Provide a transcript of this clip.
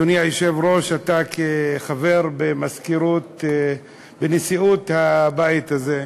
אדוני היושב-ראש, אתה כחבר בנשיאות הבית הזה,